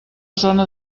zona